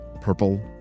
purple